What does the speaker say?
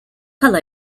colour